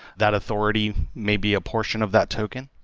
that authority may be a portion of that token.